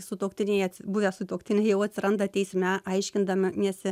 sutuoktiniai buvę sutuoktiniai jau atsiranda teisme aiškindamiesi